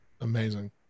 Amazing